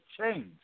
change